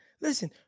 Listen